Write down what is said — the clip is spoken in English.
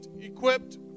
equipped